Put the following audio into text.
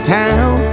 town